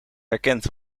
herkent